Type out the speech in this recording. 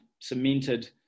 cemented